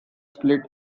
split